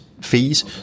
fees